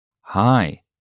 Hi